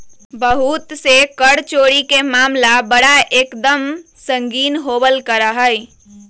बहुत से कर चोरी के मामला बड़ा एक दम संगीन होवल करा हई